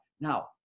Now